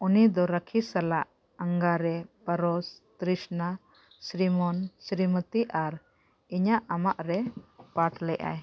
ᱩᱱᱤ ᱫᱚ ᱨᱟᱹᱠᱷᱤ ᱥᱟᱞᱟᱜ ᱟᱸᱜᱟᱨᱮ ᱯᱟᱨᱚᱥ ᱛᱨᱤᱥᱱᱟ ᱥᱨᱤᱢᱚᱱ ᱥᱨᱤᱢᱚᱛᱤ ᱟᱨ ᱤᱧᱟᱹᱜ ᱟᱢᱟᱜ ᱨᱮ ᱯᱟᱴ ᱞᱮᱜᱼᱟᱭ